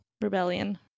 rebellion